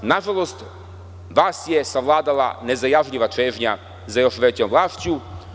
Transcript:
Nažalost, vas je savladala nezajažljiva čežnja za još većom vlašću.